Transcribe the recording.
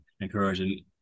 encouraging